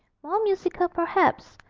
more musical perhaps,